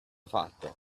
fatto